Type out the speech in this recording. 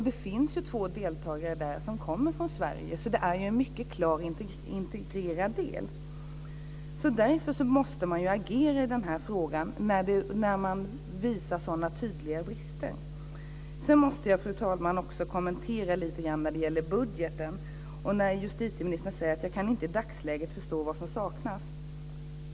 Det finns två deltagare där som kommer från Sverige, så det är en mycket klart integrerad del. Därför måste man agera i den här frågan när den visar sådana tydliga brister. Jag måste också, fru talman, kommentera budgeten lite grann, eftersom justitieministern säger att han i dagsläget inte kan förstå vad som saknas.